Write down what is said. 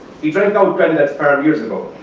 he drank out granddad's farm years ago.